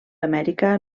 amèrica